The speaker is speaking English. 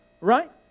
right